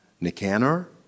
Nicanor